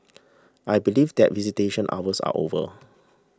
I believe that visitation hours are over